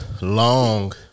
long